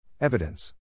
Evidence